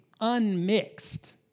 unmixed